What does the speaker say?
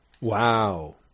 Wow